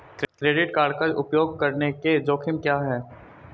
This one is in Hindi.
क्रेडिट कार्ड का उपयोग करने के जोखिम क्या हैं?